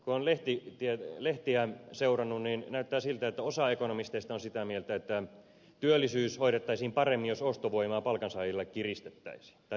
kun on lehtiä seurannut niin näyttää siltä että osa ekonomisteista on sitä mieltä että työllisyys hoidettaisiin paremmin jos ostovoimaa palkansaajilla kiristettäisiin tai pienennettäisiin